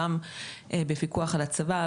גם בפיקוח על הצבא,